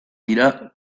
dira